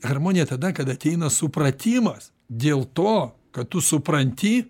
harmonija tada kada ateina supratimas dėl to kad tu supranti